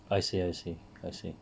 I see I see I see